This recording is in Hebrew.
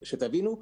שתבינו,